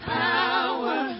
power